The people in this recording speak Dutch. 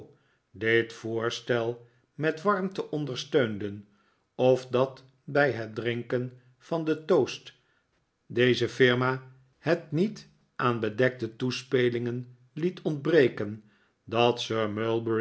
dit voorstel met warmte ondersteunden of dat bij het drinken van den toast deze firma het niet aan bedekte toespelingen liet ontbreken dat sir mulberry